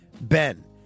Ben